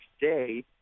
day